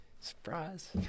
surprise